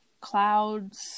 Clouds